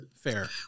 fair